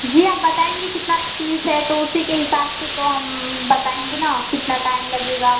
जी आप बताएंगे कितना पीस है तो उसी के हिसाब से तो हम बताएंगे ना कितना टाइम लगेगा